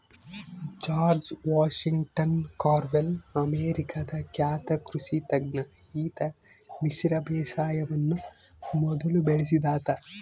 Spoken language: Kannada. ಜಾರ್ಜ್ ವಾಷಿಂಗ್ಟನ್ ಕಾರ್ವೆರ್ ಅಮೇರಿಕಾದ ಖ್ಯಾತ ಕೃಷಿ ತಜ್ಞ ಈತ ಮಿಶ್ರ ಬೇಸಾಯವನ್ನು ಮೊದಲು ಬಳಸಿದಾತ